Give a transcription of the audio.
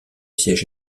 siège